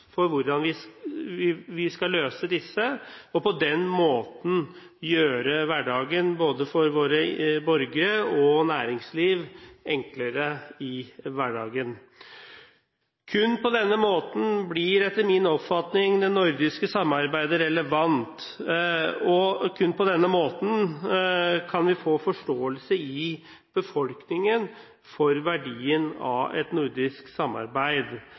vi skal løse disse, og på den måten gjøre hverdagen enklere både for våre borgere og for vårt næringsliv. Kun på denne måten blir etter min oppfatning det nordiske samarbeidet relevant, og kun på denne måten kan vi få forståelse i befolkningen for verdien av et nordisk samarbeid.